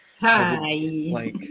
Hi